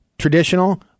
Traditional